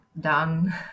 done